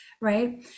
Right